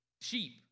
sheep